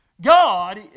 God